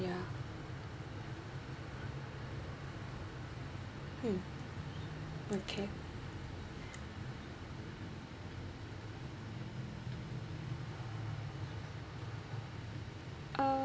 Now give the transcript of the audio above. ya mm okay uh